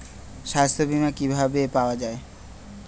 সাস্থ্য বিমা কি ভাবে পাওয়া যায়?